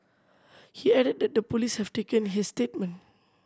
he added that the police have taken his statement